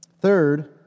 Third